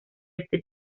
este